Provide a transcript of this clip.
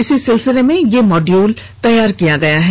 इसी सिलसिले में यह मॉड्यूल तैयार किया गया है